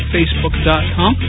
Facebook.com